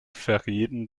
verrieten